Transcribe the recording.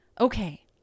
okay